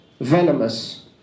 venomous